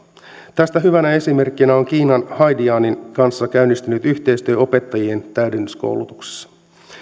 tästä hyvänä esimerkkinä on kiinan haidianin kanssa käynnistynyt yhteistyö opettajien täydennyskoulutuksessa